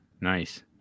Nice